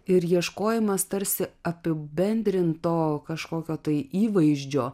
ir ieškojimas tarsi apibendrinto kažkokio tai įvaizdžio